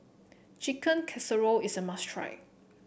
Chicken Casserole is a must try